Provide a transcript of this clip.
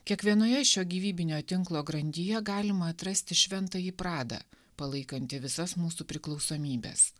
kiekvienoje šio gyvybinio tinklo grandyje galima atrasti šventąjį pradą palaikantį visas mūsų priklausomybes